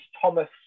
Thomas